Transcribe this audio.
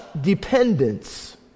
dependence